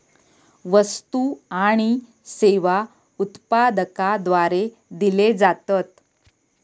वस्तु आणि सेवा उत्पादकाद्वारे दिले जातत